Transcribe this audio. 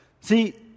see